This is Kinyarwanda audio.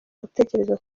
gutekereza